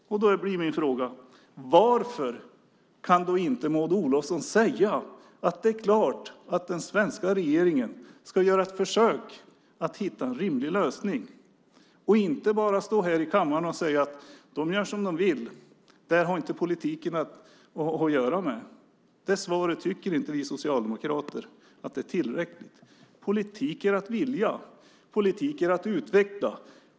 Då blir min fråga: Varför kan då inte Maud Olofsson säga att det är klart att den svenska regeringen ska göra ett försök att hitta en rimlig lösning och inte bara stå här i kammaren och säga att de gör som de vill, att det har inte politiken att göra med? Det svaret tycker inte vi socialdemokrater är tillräckligt. Politik är att vilja. Politik är att utveckla.